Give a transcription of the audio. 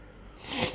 blender